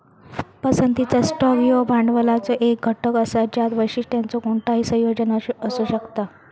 पसंतीचा स्टॉक ह्यो भांडवलाचो एक घटक असा ज्यात वैशिष्ट्यांचो कोणताही संयोजन असू शकता